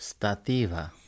stativa